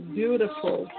beautiful